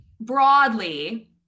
broadly